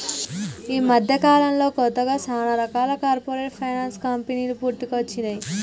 యీ మద్దెకాలంలో కొత్తగా చానా రకాల కార్పొరేట్ ఫైనాన్స్ కంపెనీలు పుట్టుకొచ్చినై